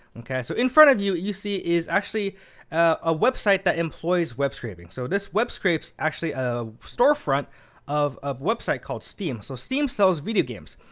so in front of you, you see, is actually a website that employs web scraping. so this web scrape's actually a storefront of a website called steam. so steam sells video games.